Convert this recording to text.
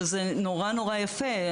שזה נורא יפה.